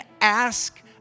ask